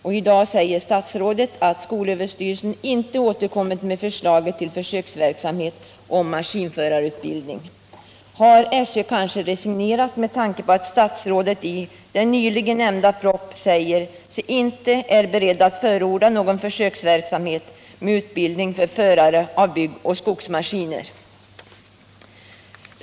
Statsrådet säger i dag att ”skolöverstyrelsen inte återkommit till förslaget om försöksverksamhet med maskinförarutbildning.” Har SÖ kanske resignerat med tanke på att statsrådet i den nyligen nämnda propositionen säger sig inte vara beredd att förorda någon försöksverksamhet med utbildning för förare av byggoch skogsmaskiner?